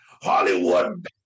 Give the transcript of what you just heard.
Hollywood